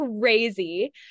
crazy